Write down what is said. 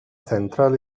central